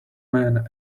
man